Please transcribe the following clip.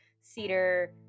Cedar